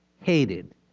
hated